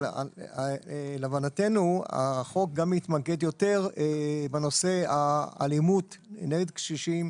אבל להבנתנו החוק גם מתמקד יותר בנושא האלימות נגד קשישים,